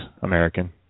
American